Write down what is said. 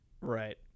Right